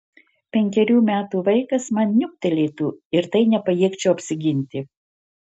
penkerių metų vaikas man niuktelėtų ir tai nepajėgčiau apsiginti